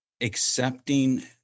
accepting